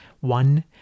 one